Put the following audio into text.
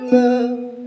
love